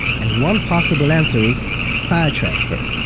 and one possible answer is style transfer!